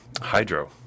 hydro